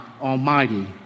almighty